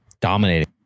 dominating